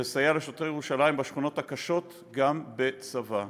לסייע לשוטרי ירושלים בשכונות הקשות גם בצבא,